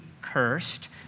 cursed